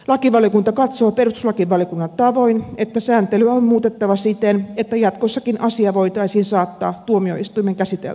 lakivaliokunta katsoo perustuslakivaliokunnan tavoin että sääntelyä on muutettava siten että jatkossakin asia voitaisiin saattaa tuomioistuimen käsiteltäväksi